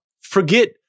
Forget